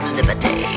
Liberty